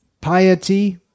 Piety